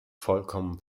vollkommen